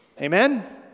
Amen